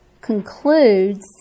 concludes